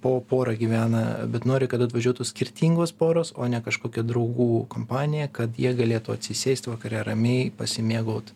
po porą gyvena bet nori kad atvažiuotų skirtingos poros o ne kažkokia draugų kompanija kad jie galėtų atsisėst vakare ramiai pasimėgaut